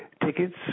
Tickets